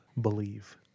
believe